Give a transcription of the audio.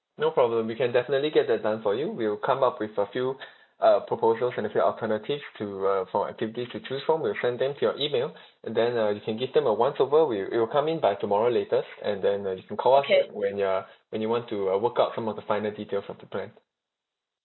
no problem we can definitely get that done for you we'll come up with a few uh proposals and a few alternatives to uh for activities to choose from we'll send them to your email and then uh you can give them a once over will it will come in by tomorrow latest and then uh you can call us when you are when you want to uh work out some of the finer details for the plan